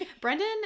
Brendan